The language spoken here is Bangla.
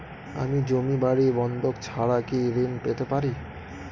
আমি জমি বাড়ি বন্ধক ছাড়া কি ঋণ পেতে পারি?